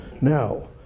Now